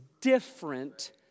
different